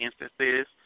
instances